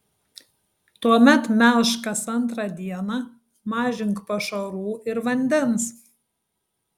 tuomet melžk kas antrą dieną mažink pašarų ir vandens